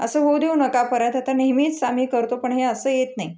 असं होऊ देऊ नका परत आता नेहमीच आम्ही करतो पण हे असं येत नाही